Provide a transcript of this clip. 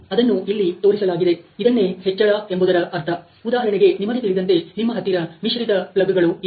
ಅದನ್ನು ಇಲ್ಲಿ ತೋರಿಸಲಾಗಿದೆ ಇದನ್ನೇ ಹೆಚ್ಚಳ ಎಂಬುದರ ಅರ್ಥ ಉದಾಹರಣೆಗೆ ನಿಮಗೆ ತಿಳಿದಂತೆ ನಿಮ್ಮ ಹತ್ತಿರ ಮಿಶ್ರಿತ ಪ್ಲಗ್'ಗಳು ಇವೆ